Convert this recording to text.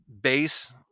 base